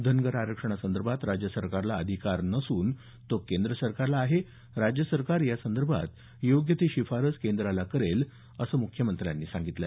धनगर आरक्षणासंदर्भात राज्य सरकारला अधिकार नसून तो केंद्र सरकारला आहे राज्य सरकार यासंदर्भात योग्य ती शिफारस केंद्राला करेल असं मुख्यमंत्र्यांनी सांगितलं